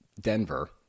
Denver